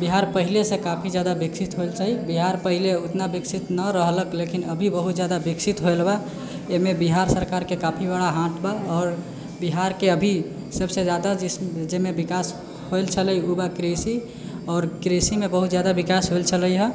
बिहार पहिलेसँ काफी ज्यादा विकसित होइल छै बिहार पहले ओतना विकसित नहि रहलक लेकिन अभी बहुत ज्यादा विकसित होइल बा एहिमे बिहार सरकारके काफी बड़ा हाथ बा आओर बिहारके अभी सबसँ ज्यादा जाहिमे विकास होइल छलै ओ बा कृषि आओर कृषिमे बहुत ज्यादा विकास होलऽ छलैहऽ